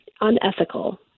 unethical